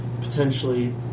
potentially